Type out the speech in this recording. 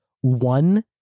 one